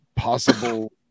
possible